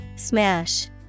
Smash